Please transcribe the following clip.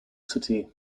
city